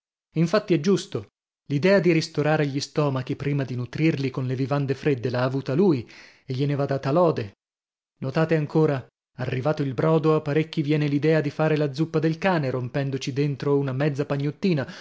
infatti è giusto l'idea di ristorare gli stomachi prima di nutrirli con le vivande fredde l'ha avuta lui e gliene va data la lode notate ancora arrivato il brodo a parecchi viene l'idea di far la zuppa del cane rompendoci dentro una mezza pagnottina